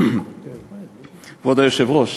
כבוד היושב-ראש,